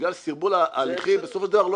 שבגלל סרבול ההליכים בסופו של דבר לא